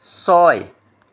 ছয়